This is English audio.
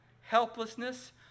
helplessness